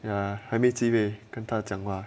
ya 还没机会跟他讲话